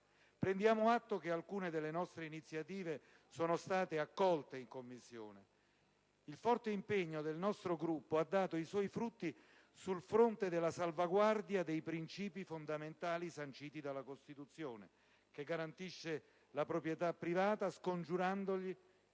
Prendiamo atto che alcune delle nostre iniziative sono state accolte in Commissione. Il forte impegno del nostro Gruppo ha dato i suoi frutti sul fronte della salvaguardia dei principi fondamentali sanciti dalla Costituzione, che garantisce la proprietà privata, scongiurandone